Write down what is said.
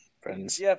friends